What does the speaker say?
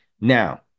Now